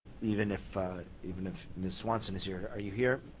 even if even if ms. swanson is here, are you here?